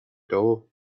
dough